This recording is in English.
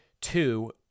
Two